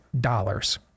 dollars